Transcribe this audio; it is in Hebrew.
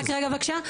רק רגע, בבקשה.